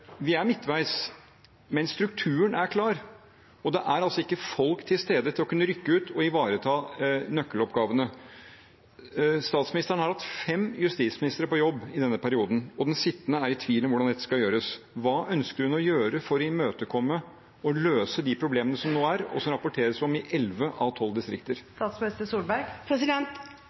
vi spørre: Vi er midtveis, men strukturen er klar. Det er altså ikke folk til stede til å kunne rykke ut og ivareta nøkkeloppgavene. Statsministeren har hatt fem justisministere på jobb i perioden, og den sittende er i tvil om hvordan dette skal gjøres. Hva ønsker hun å gjøre for å imøtekomme og løse de problemene som nå er, og som det rapporteres om i elleve av tolv